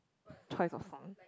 choice of